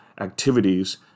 activities